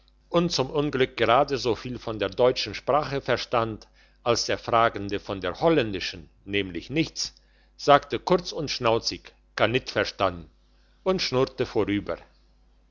und zum unglück gerade so viel von der deutschen sprache verstand als der fragende von der holländischen nämlich nichts sagte kurz und schnauzig kannitverstan und schnurrte vorüber